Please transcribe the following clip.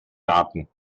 daten